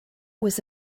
was